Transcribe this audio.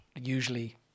usually